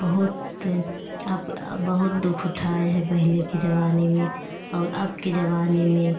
बहुत अप अब बहुत दुख उठाए हैं पहले के ज़माने में और अब के ज़माने में